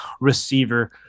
receiver